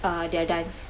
uh their dance